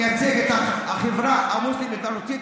מייצג את החברה המוסלמית והנוצרית.